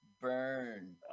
Burn